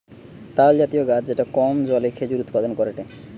তালজাতীয় গাছ যেটা কম জলে খেজুর উৎপাদন করেটে